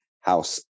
house